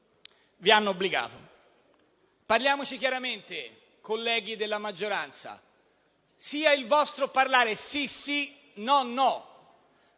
vi hanno obbligato. Parliamoci chiaramente, colleghi della maggioranza: sia il vostro parlare «sì, sì», «no, no».